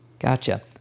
Gotcha